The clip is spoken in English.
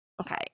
okay